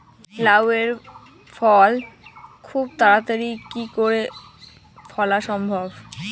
লাউ এর ফল খুব তাড়াতাড়ি কি করে ফলা সম্ভব?